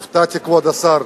הופתעתי, כבוד השר,